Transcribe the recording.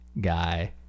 guy